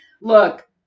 Look